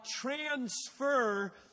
transfer